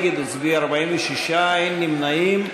נגד הצביעו 46, אין נמנעים.